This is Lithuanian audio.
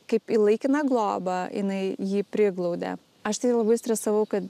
kaip į laikiną globą jinai jį priglaudė aš tai labai stresavau kad